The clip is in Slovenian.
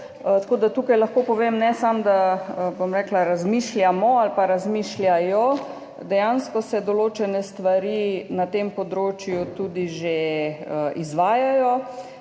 na to. Tukaj lahko povem, ne samo, da, bom rekla, razmišljamo ali pa razmišljajo, dejansko se določene stvari na tem področju tudi že izvajajo.